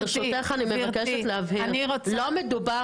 ברשותך אני מבקשת להבהיר: לא מדובר